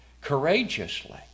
courageously